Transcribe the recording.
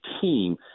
team